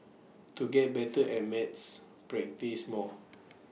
to get better at maths practise more